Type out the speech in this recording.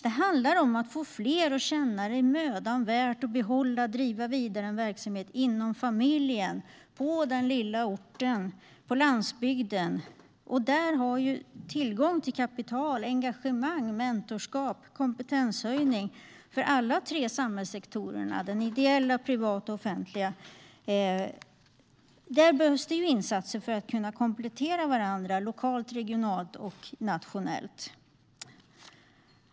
Det handlar om att få fler att känna att det är mödan värt att behålla och driva vidare en verksamhet inom familjen, på den lilla orten och på landsbygden och om hur tillgång till kapital, engagemang, mentorskap och kompetenshöjning för alla tre samhällssektorerna - den ideella, privata och offentliga - ska kunna komplettera varandra lokalt, regionalt och nationellt. Det behövs insatser för det.